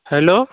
hello